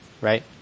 right